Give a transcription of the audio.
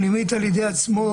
פנימית על ידי עצמו,